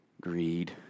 greed